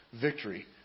victory